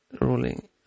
ruling